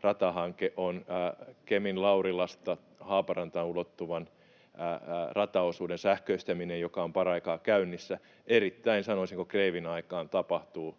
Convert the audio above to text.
ratahanke on Kemin Laurilasta Haaparantaan ulottuvan rataosuuden sähköistäminen, joka on paraikaa käynnissä. Erittäin, sanoisinko, kreivin aikaan tapahtuu.